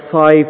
five